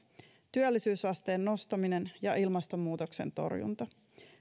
työllisyysasteen nostaminen ja ilmastonmuutoksen torjunta